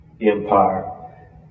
empire